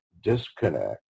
disconnect